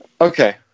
Okay